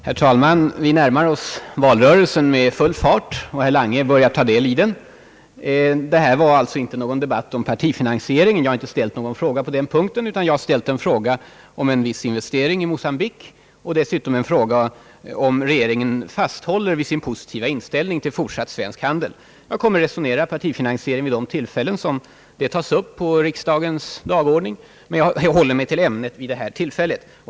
Herr talman! Vi närmar oss valrörelsen med full fart, och herr Lange börjar ta del i den. Men det här är inte någon debatt om partifinansieringen. — Min fråga gäller inte det problemet. Jag har ställt en fråga om en viss investering i Mocambique och dessutom frågat, om regeringen fasthåller vid sin positiva inställning till fortsatt svensk handel med Portugal. Jag kommer att diskutera partifinansieringen vid de tillfällen då det ärendet står på riksdagens dagordning, men i dag håller jag mig till den enkla fråga det gäller.